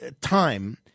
time